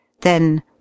Then